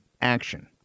action